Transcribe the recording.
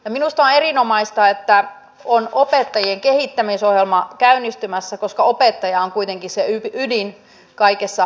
minusta on erinomaista että on opettajien kehittämisohjelma käynnistymässä koska opettaja on kuitenkin se ydin kaikessa oppimisessa